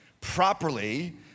properly